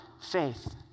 Faith